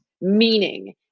meaning